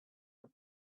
some